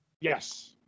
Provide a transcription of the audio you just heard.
Yes